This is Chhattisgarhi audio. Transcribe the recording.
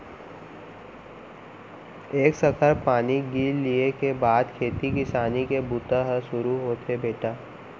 एक सखर पानी गिर लिये के बाद खेती किसानी के बूता ह सुरू होथे बेटा